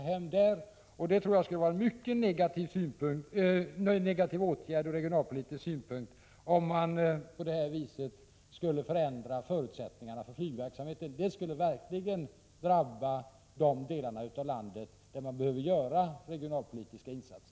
Jag tror att det skulle vara en mycket negativ åtgärd ur regionalpolitisk synpunkt om man på detta sätt skulle förändra förutsättningarna för flygverksamheten. Det skulle verkligen drabba de delar av landet där vi behöver göra regionalpolitiska insatser.